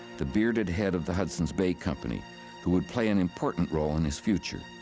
the bearded head of the hudson's bay company who would play an important role in his future.